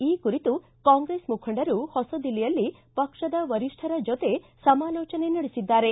ಈ ಕುರಿತು ಕಾಂಗ್ರೆಸ್ ಮುಖಂಡರು ಹೊಸ ದಿಲ್ಲಿಯಲ್ಲಿ ಪಕ್ಷದ ವರಿಷ್ಠರ ಜೊತೆ ಸಮಾಲೋಜನೆ ನಡೆಸಿದ್ದಾರೆ